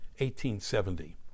1870